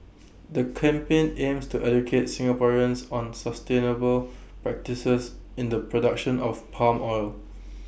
the campaign aims to educate Singaporeans on sustainable practices in the production of palm oil